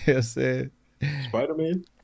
spider-man